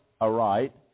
aright